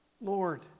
Lord